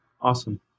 Awesome